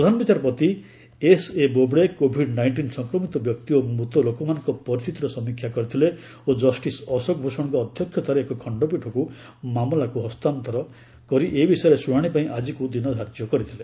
ପ୍ରଧାନ ବିଚାରପତି S A Bobde COVID nineteen ସଂକ୍ରମିତ ବ୍ୟକ୍ତି ଓ ମୂତ ଲୋକମାନଙ୍କ ପରିସ୍ଥିତିର ସମୀକ୍ଷା କରିଥିଲେ ଓ କଷ୍ଟିସ୍ ଅଶୋକ ଭୂଷଣଙ୍କ ଅଧ୍ୟକ୍ଷତାରେ ଏକ ଖଣ୍ଡପୀଠଙ୍କୁ ମାମଲାକୁ ହସ୍ତାନ୍ତର କରି ଏ ବିଷୟର ଶୁଣାଣି ପାଇଁ ଆଙ୍କିକୁ ଦିନ ଧାର୍ଯ୍ୟ କରିଥିଲେ